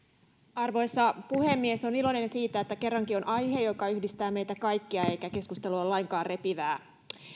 arvoisa puhemies olen iloinen siitä että kerrankin on aihe joka yhdistää meitä kaikkia eikä keskustelu ole lainkaan repivää